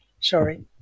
Sorry